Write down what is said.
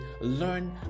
Learn